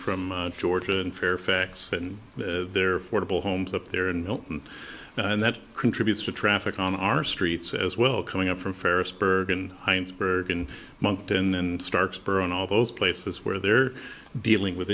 from georgia and fairfax and therefore double homes up there and and that contributes to traffic on our streets as well coming up from ferris bergen heinsberg in monkton and stark spur on all those places where they're dealing with